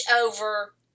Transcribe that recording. over